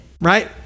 right